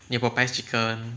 你有 popeyes chicken